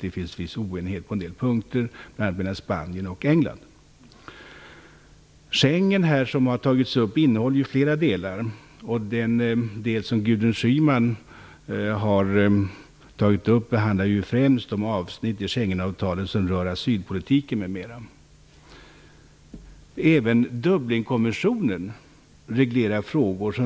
Det finns viss oenighet på ett del punkter, bl.a. mellan Schengenavtalet innehåller flera delar. Den del Gudrun Schyman tagit upp handlar främst om asylpolitiken m.m. Även Dublinkonventionen reglerar frågor